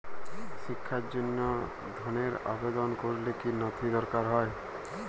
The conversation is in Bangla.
শিক্ষার জন্য ধনের আবেদন করলে কী নথি দরকার হয়?